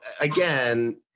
again